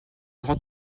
grand